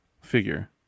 figure